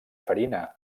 farina